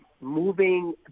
moving